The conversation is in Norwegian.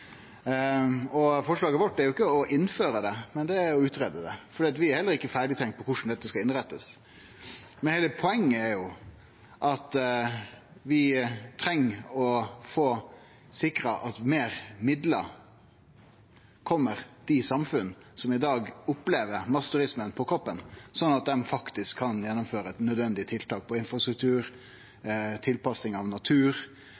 Forslaget vårt er jo ikkje å innføre det; det er å greie det ut. Vi har heller ikkje tenkt ferdig om korleis ein skal innrette dette. Heile poenget er at vi treng å få sikra at meir midlar kjem til dei samfunna som i dag opplever masseturismen på kroppen, sånn at dei faktisk kan gjennomføre nødvendige tiltak for infrastruktur, for tilpassing av natur,